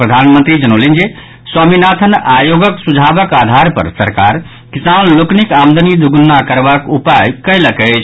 प्रधानमंत्री जनौलनि जे स्वामीनाथन आयोगक सुझावक आधार पर सरकार किसान लोकनिक आमदनी दुगुना करबाक उपाय कयलक अछि